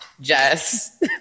Jess